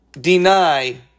deny